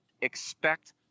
expect